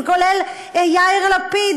כולל יאיר לפיד,